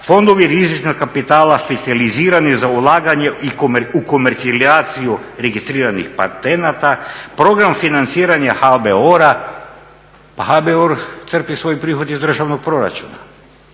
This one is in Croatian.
fondovi rizičnog kapitala specijalizirani za ulaganje u komercijalizaciju registriranih patenata, program financiranja HBOR-a. Pa HBOR crpi svoj prihod iz državnog proračuna.